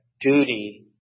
duty